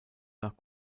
nach